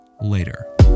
later